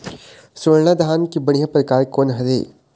स्वर्णा धान के बढ़िया परकार कोन हर ये?